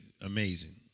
amazing